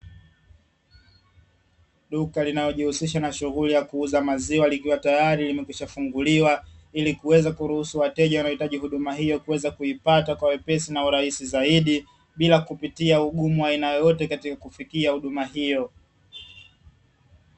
Duka linalojihusisha na shughuli ya kuuza maziwa likiwa tayari limekwisha funguliwa, ili kuweza kuruhusu wateja wanaohitaji huduma hiyo, kuweza kuipata kwa wepesi na urahisi zaidi. Bila kupitia ugumu wa aina yoyote katika kufikia huduma hiyo.